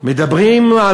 מדברים על